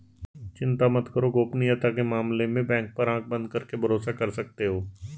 चिंता मत करो, गोपनीयता के मामले में बैंक पर आँख बंद करके भरोसा कर सकते हो